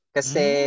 Kasi